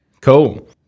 Cool